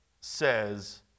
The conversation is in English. says